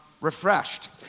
refreshed